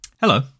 Hello